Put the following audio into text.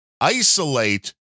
isolate